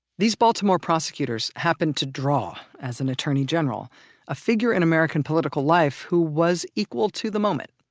these baltimore prosecutors happened to draw as an attorney general a figure in american political life who was equal to the moment.